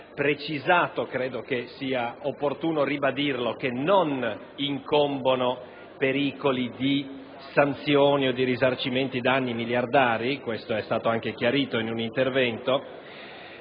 precisato - credo che sia opportuno ribadirlo - che non incombono pericoli di sanzioni o di risarcimenti danni miliardari (com'è stato anche chiarito in un intervento),